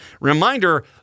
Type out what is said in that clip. Reminder